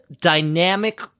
dynamic